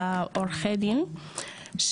לעורכי דין,